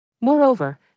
Moreover